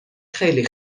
خیلی